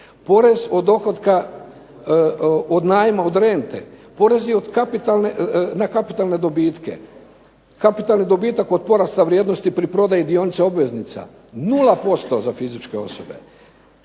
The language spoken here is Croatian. Porez od najma od rente, porezi na kapitalne dobitke, kapitalni dobitak od porasta vrijednosti pri prodaji dionica obveznica nula posto za fizičke osobe.